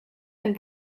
ein